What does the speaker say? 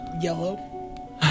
yellow